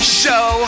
show